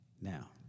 Now